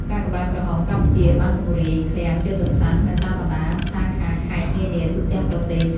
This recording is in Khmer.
កាកបាទក្រហមកម្ពុជាបានពង្រាយឃ្លាំងយុទ្ធសាស្ត្រនៅតាមបណ្ដាសាខាខេត្តនានាទូទាំងប្រទេស។